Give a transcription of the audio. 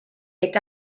est